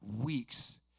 weeks